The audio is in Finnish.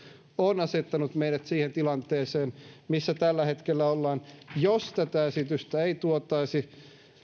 on asettanut meidät siihen tilanteeseen missä tällä hetkellä ollaan jos tätä esitystä ei tuotaisi